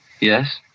Yes